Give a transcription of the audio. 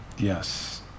Yes